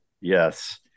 Yes